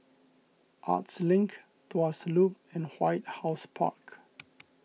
Arts Link Tuas Loop and White House Park